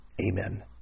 amen